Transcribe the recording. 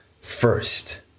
first